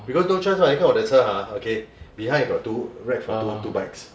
because no choice [what] 你看我的车 ah okay behind got two rack rack for two two bikes